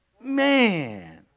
Man